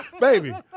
Baby